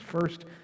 First